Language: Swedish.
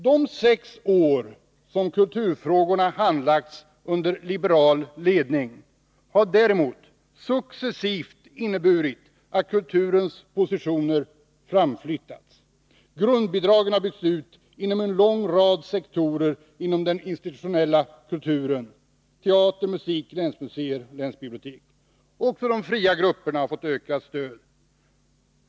De sex år som kulturfrågorna handlagts under liberal ledning har däremot inneburit att kulturens positioner successivt har framflyttats. Grundbidragen har byggts ut för en lång rad sektorer inom den institutionella kulturen: teater, musik, länsmuseer och länsbibliotek. Också de fria grupperna har fått ökat stöd.